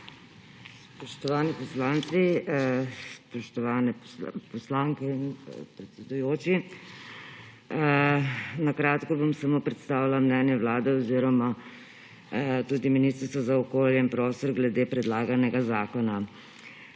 Spoštovani poslanci, spoštovane poslanke in predsedujoča! Na kratko bom samo predstavila mnenje Vlade oziroma tudi Ministrstva za okolje in prostor glede predlaganega zakona,